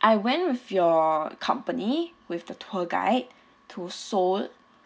I went with your company with the tour guide to seoul